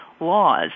laws